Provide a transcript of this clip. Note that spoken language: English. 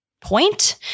point